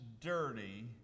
dirty